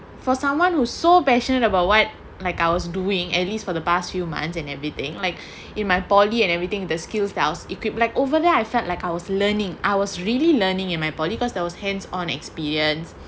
for someone who is so passionate about what like I was doing at least for the past few months and everything like in my polytechnic and everything the skill styles equipped like over there I felt like I was learning hours really learning in my polytechnic because those hands-on experience